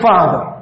Father